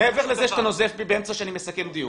-- ומעבר לזה שאתה נוזף בי באמצע כשאני מסכם דיון,